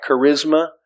charisma